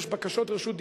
יש בקשות רשות דיבור,